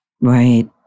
Right